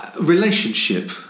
relationship